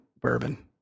bourbon